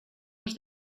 uns